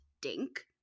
dink